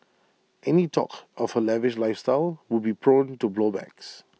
any talk of her lavish lifestyle would be prone to blow backs